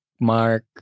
Mark